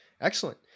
Excellent